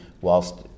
whilst